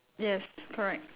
yes correct